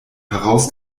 heraus